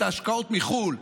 את ההשקעות מחו"ל,